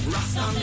Rasta